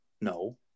No